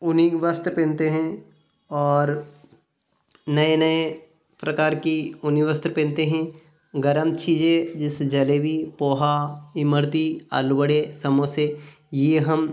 ऊनी वस्त्र पहनते हैँ और नये नये प्रकार की ऊनी वस्त्र पहनते हैं गर्म चीजें जैसे जलेबी पोहा इमर्ती आलू बड़े समोसे यह हम